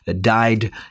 died